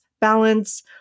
balance